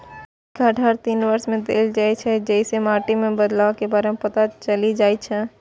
ई card हर तीन वर्ष मे देल जाइ छै, जइसे माटि मे बदलावक बारे मे पता चलि जाइ छै